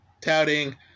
touting